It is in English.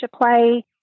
play